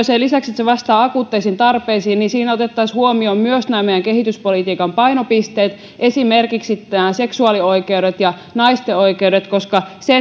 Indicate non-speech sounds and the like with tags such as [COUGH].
[UNINTELLIGIBLE] sen lisäksi että humanitaarinen työ vastaa akuutteihin tarpeisiin siinä otettaisiin huomioon myös meidän kehityspolitiikkamme painopisteet esimerkiksi seksuaalioikeudet ja naisten oikeudet koska se [UNINTELLIGIBLE]